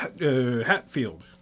Hatfield